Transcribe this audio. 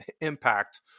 impact